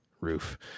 roof